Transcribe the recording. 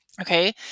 okay